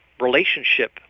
relationship